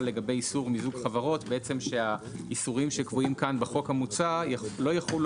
לגבי איסור מיזוג חברות - שהאיסורים שקבועים בחוק המוצע לא יחולו